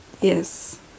Yes